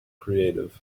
creative